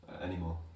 anymore